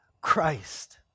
Christ